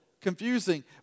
confusing